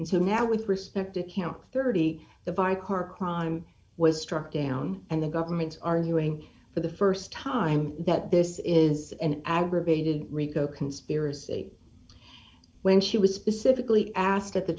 and so now with respect to count thirty the by car crime was struck down and the government's arguing for the st time that this is an aggravated rico conspiracy when she was specifically asked at the